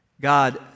God